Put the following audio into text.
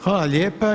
Hvala lijepa.